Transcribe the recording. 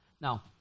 Now